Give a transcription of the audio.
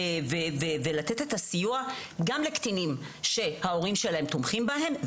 ולתת את הסיוע גם לקטינים שההורים שלהם תומכים בהם.